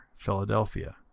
philadelphia.